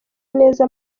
neza